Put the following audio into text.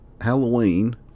Halloween